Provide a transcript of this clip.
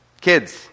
Kids